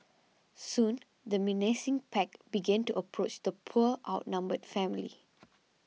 soon the menacing pack began to approach the poor outnumbered family